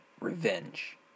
revenge